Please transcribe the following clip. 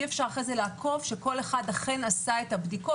אי אפשר אחרי זה לעקוב שכל אחד אכן עשה את הבדיקות.